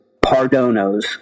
pardonos